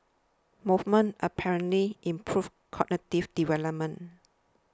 movement apparently improves cognitive development